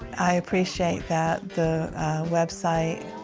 i appreciate that. the website,